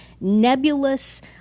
nebulous